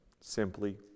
simply